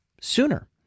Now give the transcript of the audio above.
sooner